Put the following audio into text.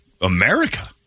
America